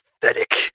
pathetic